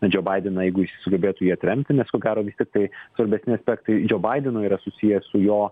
džou baideną jeigu jis sugebėtų jį atremti nes ko gero vis tiktai svarbesni aspektai džou baideno yra susiję su jo